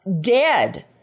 dead